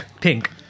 pink